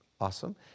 Awesome